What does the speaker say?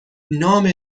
نام